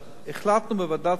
החלטנו בוועדות כספים